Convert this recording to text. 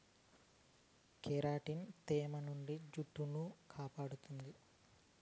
keratin తేమ నుండి జుట్టును కాపాడుతుంది